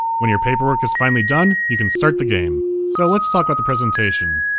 when your paperwork is finally done, you can start the game. so let's talk about the presentation.